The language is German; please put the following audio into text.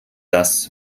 das